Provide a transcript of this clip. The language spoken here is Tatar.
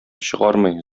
чыгармый